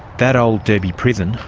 that old derby prison,